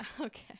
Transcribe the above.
Okay